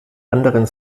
anderen